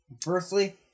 Firstly